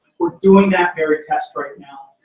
we're doing that very test right now.